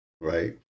right